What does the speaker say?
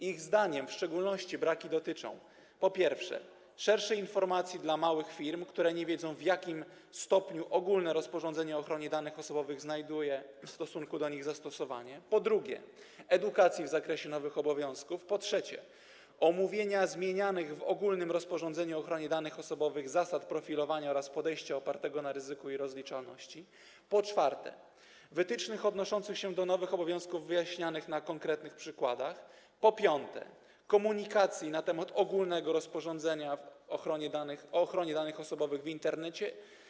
Ich zdaniem w szczególności braki dotyczą, po pierwsze, szerszej informacji dla małych firm, które nie wiedzą, w jakim stopniu ogólne rozporządzenie o ochronie danych osobowych znajduje w stosunku do nich zastosowanie, po drugie, edukacji w zakresie nowych obowiązków, po trzecie, omówienia zmienianych w ogólnym rozporządzeniu o ochronie danych osobowych zasad profilowania oraz podejścia opartego na ryzyku i rozliczalności, po czwarte, wytycznych odnoszących się do nowych obowiązków wyjaśnianych na konkretnych przykładach, po piąte, komunikacji na temat ogólnego rozporządzenia o ochronie danych osobowych w Internecie.